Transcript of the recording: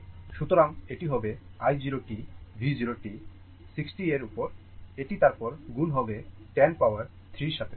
সুতরাং এটি হবে i 0 t V 0 t হবে 60 এর উপর এটি তারপর গুণ হবে 10 পাওয়ার 3 সাথে